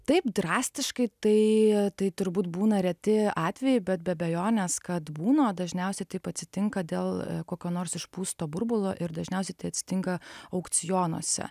taip drastiškai tai tai turbūt būna reti atvejai bet be abejonės kad būna o dažniausiai taip atsitinka dėl kokio nors išpūsto burbulo ir dažniausiai tai atsitinka aukcionuose